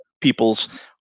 people's